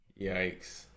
yikes